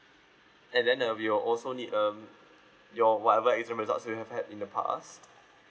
and then uh we will also need um your whatever exam results you have had in the past